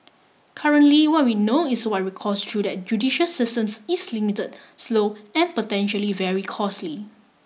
currently what we know is that recourse through that judicial system is limited slow and potentially very costly